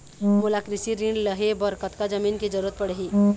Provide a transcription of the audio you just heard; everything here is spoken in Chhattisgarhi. मोला कृषि ऋण लहे बर कतका जमीन के जरूरत पड़ही?